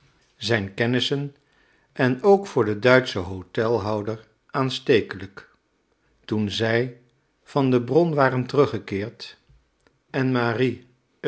zijn kennissen en ook voor den duitschen hotelhouder aanstekelijk toen zij van de bron waren teruggekeerd en marie